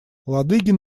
ладыгин